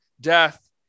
death